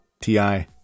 Ti